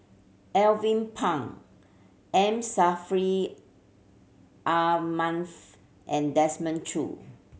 Alvin Pang M Saffri Ah Manaf and Desmond Choo